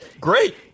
Great